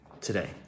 today